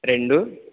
రెండు